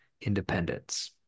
independence